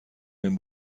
این